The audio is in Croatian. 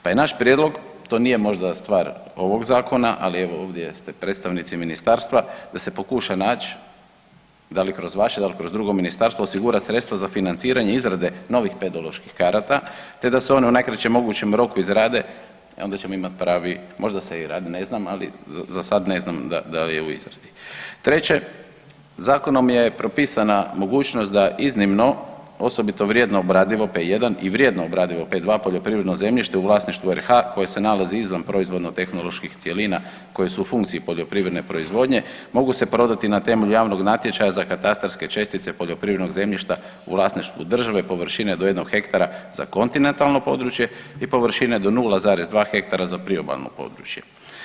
Pa je naš prijedlog, to nije možda stvar ovog Zakona, ali evo ovdje ste predstavnici Ministarstva, da se pokuša naći, da li kroz vaše, da li kroz drugo ministarstvo osigura sredstva za financiranje izrade novih pedoloških karata, te da se one u najkraćem mogućem roku izrade, onda ćemo imati pravi, možda se i rade, ne znam, ali za sad ne znam da je u izradi, Treće, Zakonom je propisana mogućnost da iznimno osobito vrijedno obradivo P1 i vrijedno obradivo P2 poljoprivredno zemljište u vlasništvu RH koje se nalazi izvan proizvodno tehnoloških cjelina koje su u funkciji poljoprivredne proizvodnje mogu se prodati na temelju javnog natječaja za katastarske čestice poljoprivrednog zemljišta u vlasništvu države površine do jednog hektara za kontinentalno područje i površine do 0,2% hektara za priobalno područje.